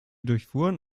durchfuhren